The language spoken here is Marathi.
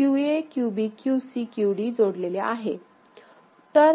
QA QB QC QDजोडलेले आहे